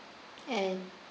and